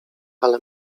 ale